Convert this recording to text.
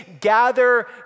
gather